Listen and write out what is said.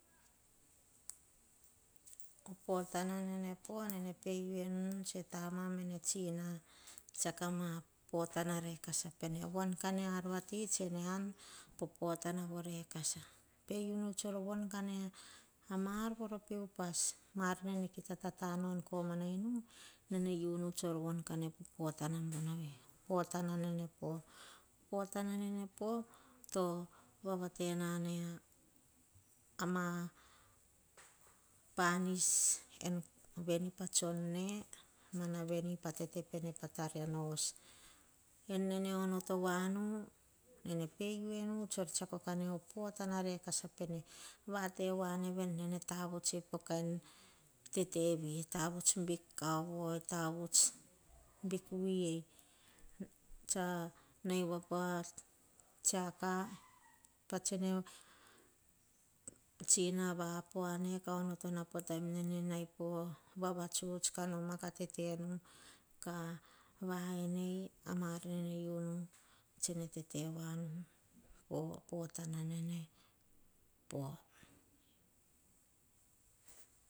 Opotanane po pe u enu pe tsina mene tama tsiako potana rekasa pene. Von ka aurati tsene an popotana rekasa pe u nu tsor von kane ama ar voro po upas nene kita tatanu en komana inu. Tsor von kane popota nene po potana nene po. Potana nene po to vavatena ama panis veni pa tsione mana vine patotopene veni po tariano osvei. Ne onoto voanu nene pe u enu tsor tsiako kane opotana rekasa pene vat voana vene nene tavut tsoe po kain tete vi tavuts big kuova big vui ei. Nai voa pa tsiaka, onotona netsina vapoane. Kene nai povavatuts nau katetenu ka vaen ei. Ama ar nene u tsene tete voanu popotanane poh.